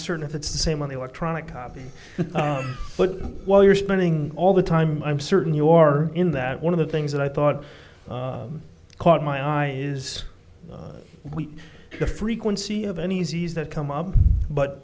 certain if it's the same on the electronic copy but while you're spending all the time i'm certain you are in that one of the things that i thought caught my eye is we the frequency of any z's that come up but